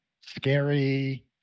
scary